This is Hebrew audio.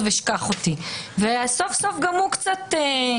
והשנייה הצעתה של חברתנו חברת הכנסת מיכל רוזין.